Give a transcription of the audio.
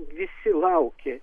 visi laukė